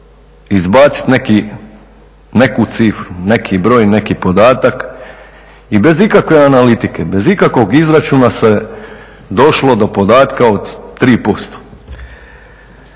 izbaciti neku cifru, neki broj, neki podatak i bez ikakve analitike, bez ikakvog izračuna se došlo do podatka od 3%.